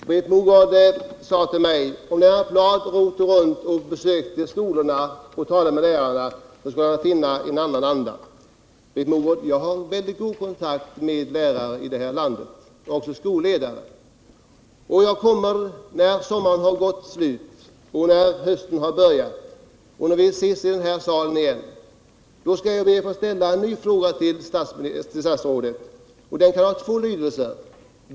Herr talman! Britt Mogård sade till mig: Om Lennart Bladh åkte runt och besökte skolorna och talade med lärarna skulle han finna en annan anda. Britt Mogård! Jag har mycket god kontakt med lärare och skolledare i detta land. Jag skall när sommaren är slut, när hösten har börjat och vi ses i denna sal igen be att få ställa en ny fråga till statsrådet. Den frågan kan ha två lydelser.